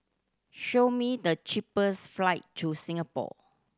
show me the cheapest flight to Singapore